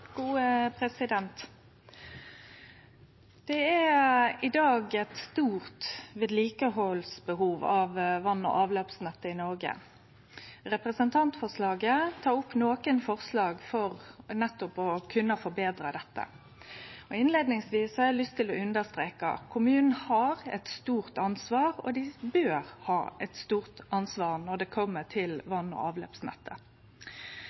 Det er i dag eit stort behov for vedlikehald av vass- og avløpsnettet i Noreg. Representantforslaget tek opp nokre forslag for nettopp å kunne forbetre dette. Innleiingsvis har eg lyst til å understreke at kommunane har eit stort ansvar, og dei bør ha eit stort ansvar når det kjem til